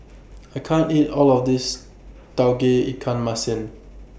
I can't eat All of This Tauge Ikan Masin